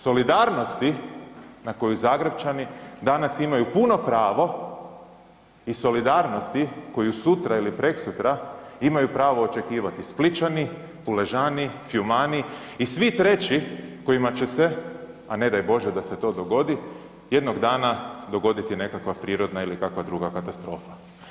Solidarnosti na koju Zagrepčani danas imaju puno pravo i solidarnosti koju sutra ili prekosutra imaju pravo očekivati Splićani, Puležani, Fjumani i svi treći kojima će se, a ne daj Bože da se to dogodi, jednog dana dogoditi nekakva prirodna ili kakva druga katastrofa.